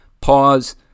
Pause